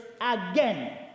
again